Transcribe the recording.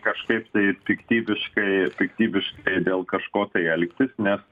kažkaip tai piktybiškai piktybiškai dėl kažko tai elgtis nes